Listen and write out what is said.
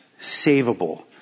savable